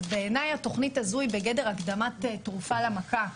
אז בעיניי התוכנית הזו היא בגדר הקדמת תרופה למכה.